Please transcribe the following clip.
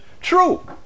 True